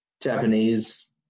Japanese